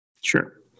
Sure